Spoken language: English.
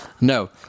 no